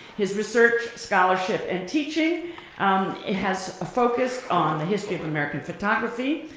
his research, scholarship, and teaching um has focused on the history of american photography,